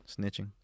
snitching